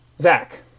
zach